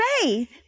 faith